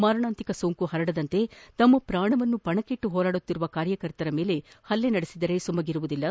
ಮಾರಣಾಂತಿಕ ಸೋಂಕು ಪರಡದಂತೆ ತಮ್ಮ ಪ್ರಾಣವನ್ನು ಪಣಕ್ಕಿಟ್ಟು ಹೋರಾಡುತ್ತಿರುವ ಕಾರ್ಯಕರ್ತರ ಮೇಲೆ ಹಲ್ಲೆ ನಡೆಸಿದರೆ ಸುಮ್ಮನಿರುವುದಿಲ್ಲ